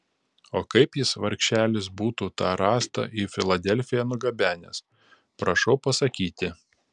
o kaip jis vargšelis būtų tą rąstą į filadelfiją nugabenęs prašau pasakyti